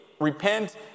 Repent